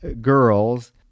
girl's